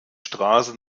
straße